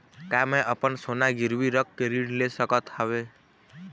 का मैं अपन सोना गिरवी रख के ऋण ले सकत हावे?